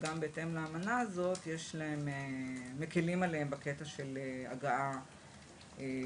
לפי האמנה הזאת מקלים עליהם גם בהגעה